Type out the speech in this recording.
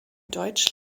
deutsch